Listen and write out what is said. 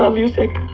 ah music!